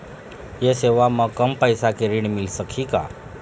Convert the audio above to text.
ये सेवा म कम पैसा के ऋण मिल सकही का?